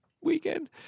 weekend